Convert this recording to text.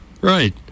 right